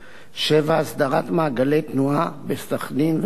7. הסדרת מעגלי תנועה בסח'נין ובעראבה.